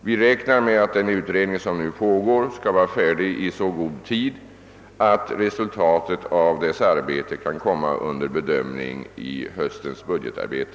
Vi räknar med att den nu pågående utredningen skall vara färdig i så god tid, att resultatet av dess arbete kan komma under bedömning i höstens budgetarbete.